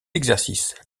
exercices